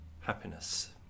happiness